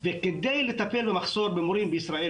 וכדי לטפל במחסור במורים בישראל,